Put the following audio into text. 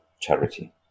charity